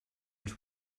els